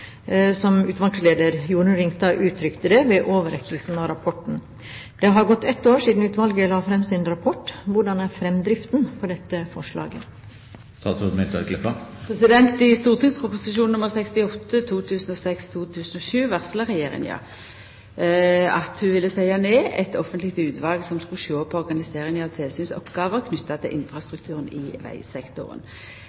som utvalgsleder Jorunn Ringstad uttrykte det ved overrekkelsen av rapporten. Det har gått ett år siden utvalget la frem sin rapport. Hvordan er fremdriften på dette forslaget?» I St.prp. nr 68 for 2006–2007 varsla Regjeringa at ho ville setja ned eit offentleg utval som skulle sjå på organiseringa av tilsynsoppgåver knytte til